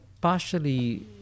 partially